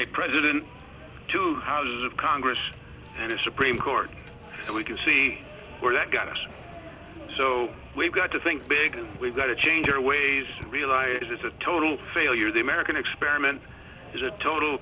a president to houses of congress and a supreme court and we can see where that got us so we've got to think big and we've got to change our ways to realize it's a total failure the american experiment is a total